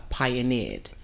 pioneered